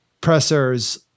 pressers